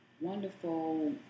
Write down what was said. wonderful